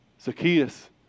Zacchaeus